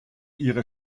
ihre